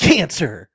Cancer